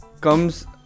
comes